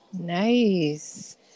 Nice